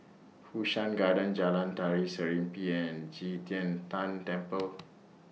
Fu Shan Garden Jalan Tari Serimpi and Qi Tian Tan Temple